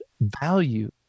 value